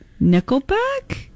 nickelback